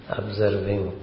observing